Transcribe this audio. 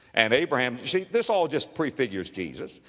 and abraham, you see, this all just pre-figures jesus.